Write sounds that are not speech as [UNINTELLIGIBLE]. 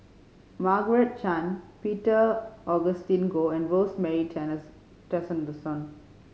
Margaret Chan Peter Augustine Goh and Rosemary [UNINTELLIGIBLE]